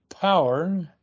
power